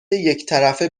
یکطرفه